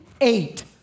eight